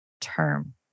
term